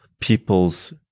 people's